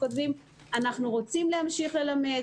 כותבים: אנחנו רוצים להמשיך ללמד,